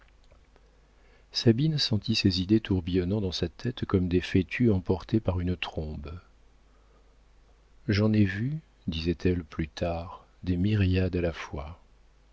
sabine sentit ses idées tourbillonnant dans sa tête comme des fétus emportés par une trombe j'en ai vu disait-elle plus tard des myriades à la fois